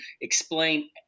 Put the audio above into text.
explain